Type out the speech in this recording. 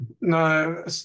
No